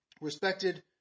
Respected